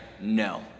no